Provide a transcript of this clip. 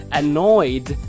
annoyed